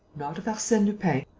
not of arsene lupin,